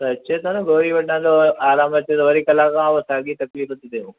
त अचे थो गोरी वठां थो आराम अचे थो वरी कलाक खां पोि साॻी तकलीफ़ थी थिए